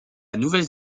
nouvelle